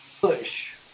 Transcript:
push